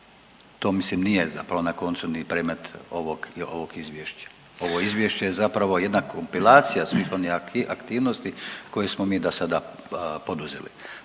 to mislim nije zapravo na koncu ni predmet ovog, ovog izvješća. Ovo izvješće je zapravo jedna kompilacija svih onih aktivnosti koje smo mi dosada poduzeli.